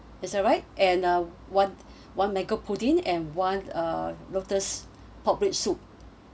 is that right and a one one mango pudding and one lotus pork rib soup